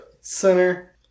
Center